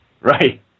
Right